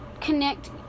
connect